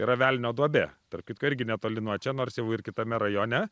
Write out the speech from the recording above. yra velnio duobė tarp kitko irgi netoli nuo čia nors jau ir kitame rajone